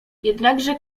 jednakże